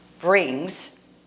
brings